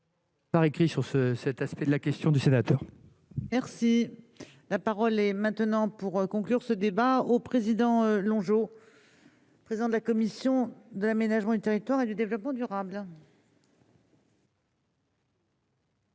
Par écrit sur ce cet aspect de la question du sénateur. Merci, la parole est maintenant, pour conclure ce débat au président l'ange au président de la commission de l'aménagement du territoire et du développement durable.